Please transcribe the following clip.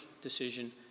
decision